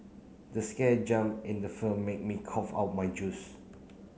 the scare jump in the film made me cough out my juice